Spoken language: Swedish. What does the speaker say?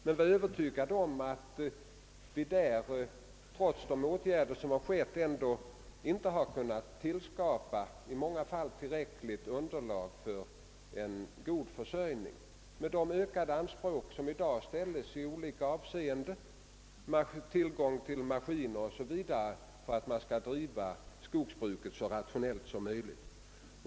Men vi är övertygade om att vi där, trots de åtgärder som har vidtagits, i många fall ändå inte har kunnat tillskapa tillräckligt gediget underlag för en god försörjning, med de ökade anspråk som i dag kan ställas på tillgång till maskiner etc., för att man skall kunna driva skogsbruket så rationellt som möjligt.